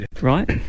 right